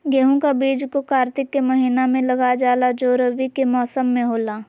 गेहूं का बीज को कार्तिक के महीना में लगा जाला जो रवि के मौसम में होला